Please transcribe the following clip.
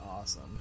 awesome